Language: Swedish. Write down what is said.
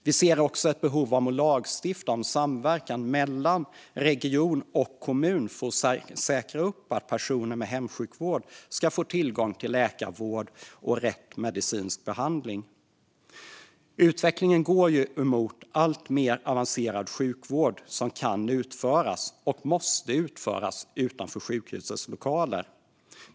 Vi ser också ett behov av att lagstifta om samverkan mellan region och kommun för att säkra upp att personer med hemsjukvård ska få tillgång till läkarvård och rätt medicinsk behandling. Utvecklingen går mot att alltmer avancerad sjukvård kan och måste utföras utanför sjukhusens lokaler.